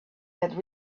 had